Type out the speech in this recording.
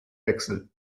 wechsel